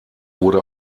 wurde